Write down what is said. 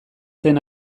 zen